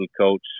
coach